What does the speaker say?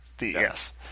yes